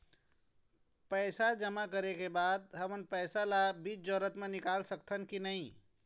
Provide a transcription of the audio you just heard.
पैसा जमा करे के बाद हमन पैसा ला बीच जरूरत मे निकाल सकत हन की नहीं?